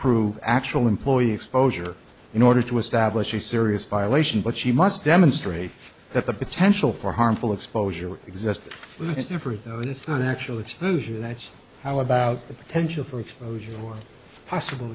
prove actual employee exposure in order to establish a serious violation but she must demonstrate that the potential for harmful exposure existed for it though it's not an actual explosion that's how about the potential for exposure or possible